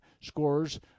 scores